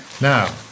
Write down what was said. Now